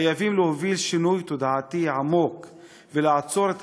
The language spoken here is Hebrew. חייבים להוביל שינוי תודעתי עמוק ולעצור את